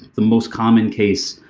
the most common case,